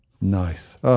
Nice